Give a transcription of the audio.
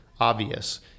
obvious